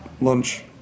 lunch